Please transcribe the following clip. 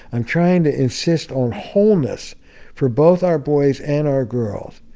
i'm trying to insist on wholeness for both our boys and our girls.